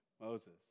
Moses